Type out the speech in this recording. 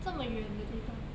这么远的地方